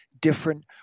different